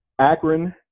Akron